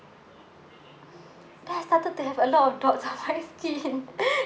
then I started to have a lot of dots on my skin